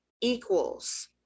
equals